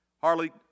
Harley